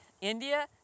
India